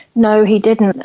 no, he didn't,